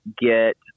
get